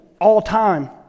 all-time